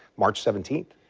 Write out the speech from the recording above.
march seventeenth.